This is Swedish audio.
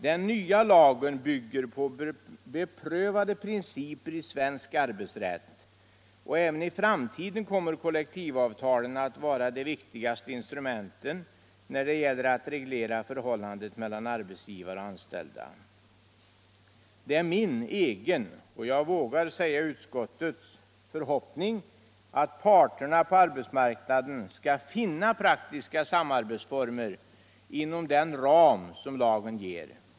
Den nya lagen bygger på beprövade principer i svensk arbetsrätt, och iäven i framtiden kommer kollektivavtalen att vara de viktigaste instrumenten när det giller att reglera förhållandet mellan arbetsgivare och anställda. Det är min egen — och jag vågar säga utskouets — förhoppning att parterna på arbetsmarknaden skall finna praktiska samarbetsformer inom den ram som lagen ger.